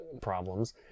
problems